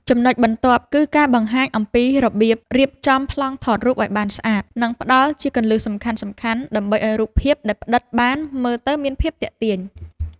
ចំណុចបន្ទាប់គឺការបង្ហាញអំពីរបៀបរៀបចំប្លង់ថតរូបឱ្យបានស្អាត និង ផ្ដល់ជាគន្លឹះសំខាន់ៗដើម្បីឱ្យរូបភាពដែលផ្ដិតបានមើលទៅមានភាពទាក់ទាញ។